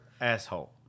asshole